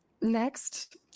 next